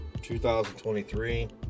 2023